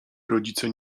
rodzice